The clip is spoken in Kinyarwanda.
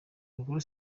nukuri